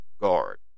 Guard